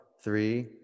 three